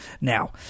Now